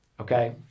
okay